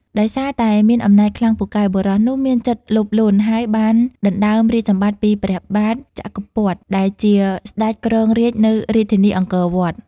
ដោយសារតែមានអំណាចខ្លាំងពូកែ បុរសនោះមានចិត្តលោភលន់ ហើយបានដណ្តើមរាជ្យសម្បត្តិពីព្រះបាទចក្រពត្តិ ដែលជាស្តេចគ្រងរាជ្យនៅរាជធានីអង្គរវត្ត ។